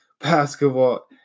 basketball